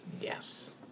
Yes